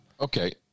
Okay